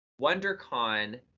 WonderCon